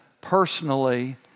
personally